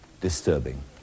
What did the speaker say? disturbing